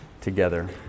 together